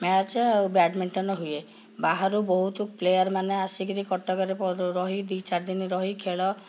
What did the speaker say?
match ଆଉ badminton ହୁଏ ବାହାରୁ ବହୁତ ପ୍ଲେୟାରମାନେ ଆସିକିରି କଟକରେ ରହି ଦୁଇ ଚାରି ଦିନ ରହି ଖେଳ